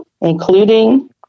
including